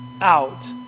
out